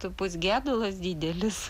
tai bus gedulas didelis